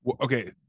Okay